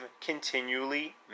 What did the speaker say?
continually